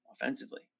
offensively